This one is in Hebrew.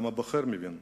גם הבוחר מבין.